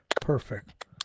Perfect